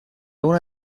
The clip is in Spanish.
una